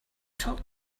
talk